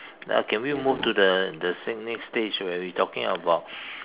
now can we move to the the next stage where we talking about